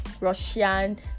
russian